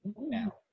Now